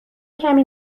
کمی